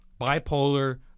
bipolar